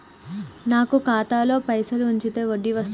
నాకు ఖాతాలో పైసలు ఉంచితే వడ్డీ వస్తదా?